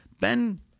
Ben